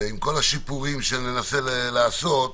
ועם כל השיפורים שננסה לעשות,